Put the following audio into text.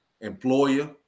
employer